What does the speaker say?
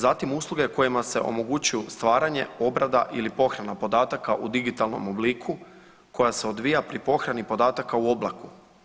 Zatim usluge kojima se omogućuju stvaranje, obrada ili pohrana podataka u digitalnom obliku koja se odvija pri pohrani podataka u oblaku.